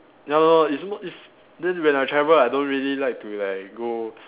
ya lor it's m~ it's then when I travel I don't really like to like go